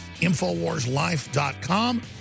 InfoWarsLife.com